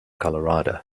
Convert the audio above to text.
colorado